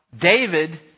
David